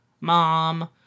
mom